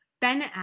Ben